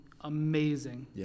amazing